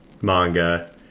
manga